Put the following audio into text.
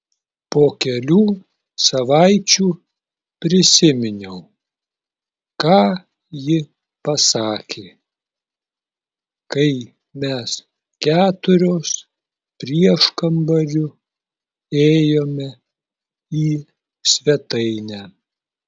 po kelių savaičių prisiminiau ką ji pasakė kai mes keturios prieškambariu ėjome į svetainę